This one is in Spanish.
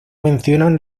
mencionan